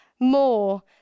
more